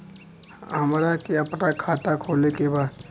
हमरा के अपना खाता खोले के बा?